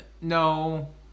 No